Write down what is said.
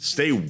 Stay